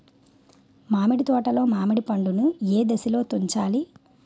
మామిడి తోటలో మామిడి పండు నీ ఏదశలో తుంచాలి?